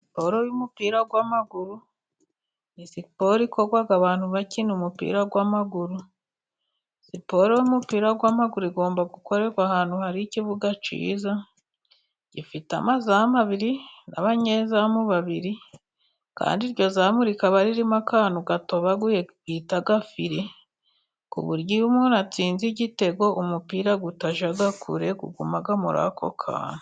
Siporo y'umupira w'amaguru ni siporo ikorwa abantu bakina umupira w'amaguru. Siporo y'umupira w'amaguru igomba gukorerwa ahantu hari ikibuga cyiza gifite amazamu abiri, n'abanyezamu babiri , kandi iryo zamu rikaba ririmo akantu gatobaguye bita fire, ku buryo iyo umuntu atsinze igitego umupira utajya kure uguma muri ako kantu.